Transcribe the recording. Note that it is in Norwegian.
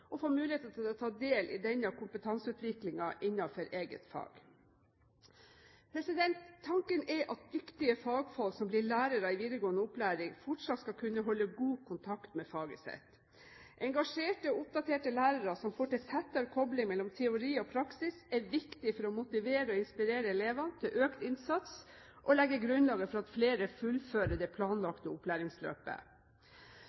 og få muligheter til å ta del i denne kompetanseutviklingen innenfor eget fag. Tanken er at dyktige fagfolk som blir lærere i videregående opplæring, fortsatt skal kunne holde god kontakt med faget sitt. Engasjerte og oppdaterte lærere som får til tettere kobling mellom teori og praksis, er viktig for å motivere og inspirere elevene til økt innsats og legge grunnlaget for at flere fullfører det